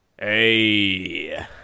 Hey